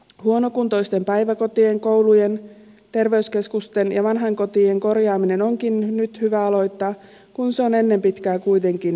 huonokuntoisten päiväkotien koulujen terveyskeskusten ja vanhainkotien korjaaminen onkin nyt hyvä aloittaa kun se on ennen pitkää kuitenkin edessä